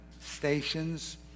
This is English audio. stations